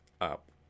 up